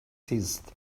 seized